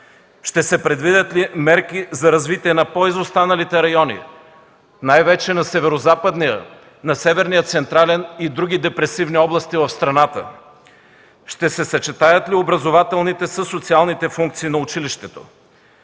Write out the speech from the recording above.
Ще се предвидят ли мерки за развитие на по-изостаналите райони, най-вече на северозападния, на северния централен и на други депресивни области в страната? Ще се съчетаят ли образователните със социалните функции на училището?